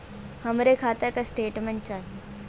हमरे खाता के स्टेटमेंट चाही?